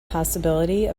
possibility